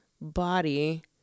body